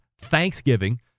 Thanksgiving